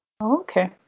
Okay